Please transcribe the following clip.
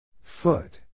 Foot